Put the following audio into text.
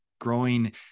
growing